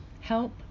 help